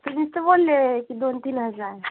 तुम्हीच तर बोलले की दोन तीन हजार